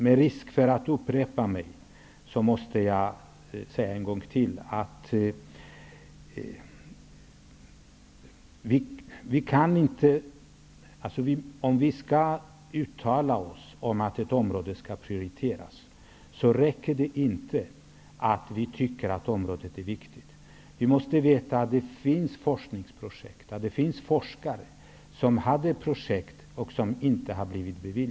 Med risk för att jag upprepar mig vill jag ändå säga att det, om man skall uttala sig om huruvida ett område skall prioriteras, inte räcker med att området är viktigt, utan man måste veta att det finns forskare med icke beviljade forskningsprojekt.